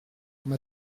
m’a